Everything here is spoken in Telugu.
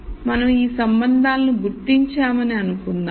కాబట్టి మనం ఈ సంబంధాలను గుర్తించామని అనుకుందాం